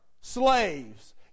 slaves